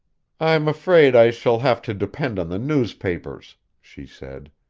i'm afraid i shall have to depend on the newspapers, she said.